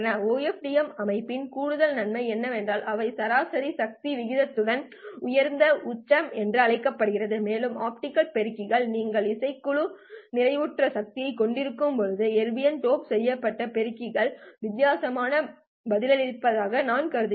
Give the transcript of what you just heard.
OFDM அமைப்பின் கூடுதல் நன்மை என்னவென்றால் அவை சராசரி சக்தி விகிதத்திற்கு உயர்ந்த உச்சம் என்று அழைக்கப்படுகின்றன மேலும் ஆப்டிகல் பெருக்கிகள் நீங்கள் இசைக்குழு நிறைவுற்ற சக்தியைக் கொண்டிருக்கும்போது எர்பியம் டோப் செய்யப்பட்ட பெருக்கிகள் வித்தியாசமாக பதிலளிப்பதை நான் அறிவேன்